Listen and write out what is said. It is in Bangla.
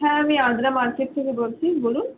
হ্যাঁ আমি আদ্রা মার্কেট থেকে বলছি বলুন